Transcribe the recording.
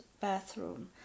bathroom